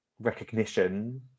recognition